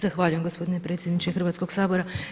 Zahvaljujem gospodine predsjedniče Hrvatskog sabora.